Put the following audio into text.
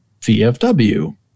VFW